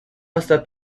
hasta